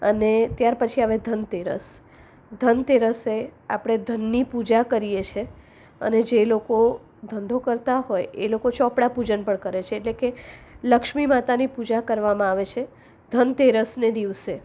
અને ત્યાર પછી આવે ધનતેરસ ધનતેરસે આપણે ધનની પૂજા કરીએ છીએ અને જે લોકો ધંધો કરતા હોય એ લોકો ચોપડા પૂજન પણ કરે છે એટલે કે લક્ષ્મી માતાની પૂજા કરવામાં આવે છે ધનતેરસને દિવસે